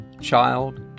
child